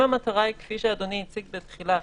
אם המטרה היא, כפי שאדוני הציג בתחילה,